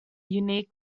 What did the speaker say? unique